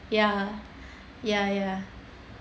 ya ya ya